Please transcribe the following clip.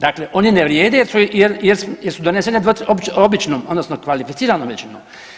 Dakle, oni ne vrijede jer su, jer su donesene običnom odnosno kvalificiranom većinom.